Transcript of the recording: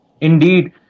Indeed